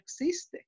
existe